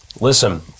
listen